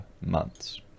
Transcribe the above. months